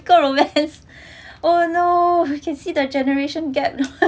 chemical romance oh no you can see the generation gap